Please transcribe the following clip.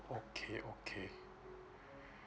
okay okay